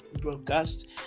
broadcast